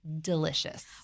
delicious